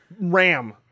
RAM